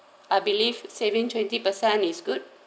I believe saving twenty percent is good